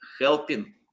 helping